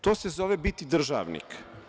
To se zove biti državnik.